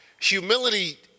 Humility